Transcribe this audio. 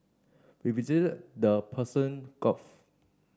we visited the Persian Gulf